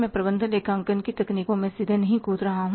मैं प्रबंधन लेखांकन की तकनीकों मैं सीधे कूद नहीं रहा है